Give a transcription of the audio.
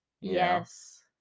Yes